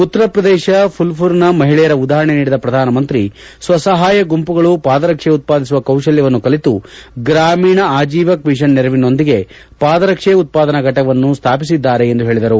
ಉತ್ತರ ಪ್ರದೇಶ ಘುಲ್ಮರ್ನ ಮಹಿಳೆಯರ ಉದಾಪರಣೆ ನೀಡಿದ ಪ್ರಧಾನಮಂತ್ರಿ ಸ್ವ ಸಹಾಯ ಗುಂಪುಗಳು ಪಾದರಕ್ಷೆ ಉತ್ಪಾದಿಸುವ ಕೌಶಲ್ಯವನ್ನು ಕಲಿತು ಗ್ರಾಮೀಣ ಆಜೀವಿಕ ಮಿಷನ್ ನೆರವಿನೊಂದಿಗೆ ಪಾದರಕ್ಷೆ ಉತ್ಪಾದನಾ ಘಟಕವನ್ನು ಸ್ಥಾಪಿಸಿದ್ದಾರೆ ಎಂದು ಹೇಳಿದರು